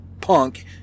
punk